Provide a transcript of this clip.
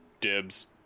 Dibs